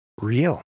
real